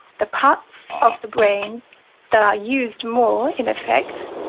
the parts of the brain that are used more, in effect,